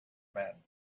men